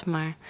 Maar